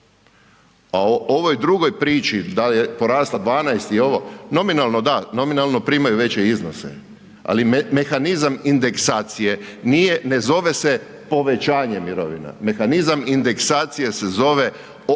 a o ovoj drugo priči da li je porasla 12 i ovo, nominalno da, nominalno primaju veće iznose, ali mehanizam indeksacije ne zove se povećanje mirovina, mehanizam indeksacije se zove odnosno